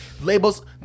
Labels